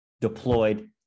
deployed